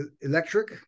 electric